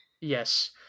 Yes